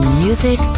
music